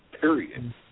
period